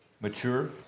mature